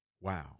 Wow